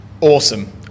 awesome